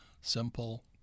simple